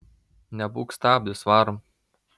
nebūk stabdis varom